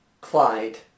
Clyde